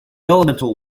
elemental